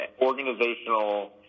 organizational